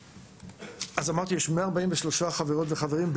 אמרתי שיש 143 חברות וחברים,